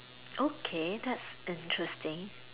okay that's interesting